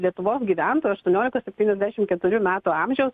lietuvos gyventojų aštuoniolikos septyniasdešim keturių metų amžiaus